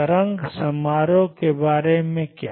तरंग समारोह के बारे में क्या